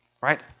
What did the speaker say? Right